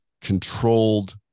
controlled